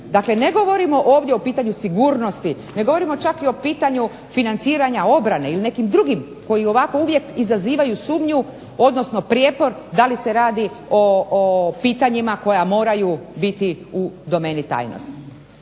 dakle ne govorimo ovdje o pitanju sigurnosti, ne govorimo čak ni o pitanju financiranja obrane ili nekim drugim koji ovako uvijek izazivaju sumnju odnosno prijepor da li se radi o pitanjima koja moraju biti u domeni tajnosti.